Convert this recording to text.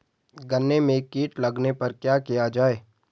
गन्ने में कीट लगने पर क्या किया जाये?